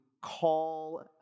call